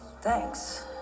Thanks